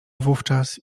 wówczas